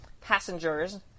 passengers